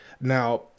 Now